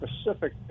specific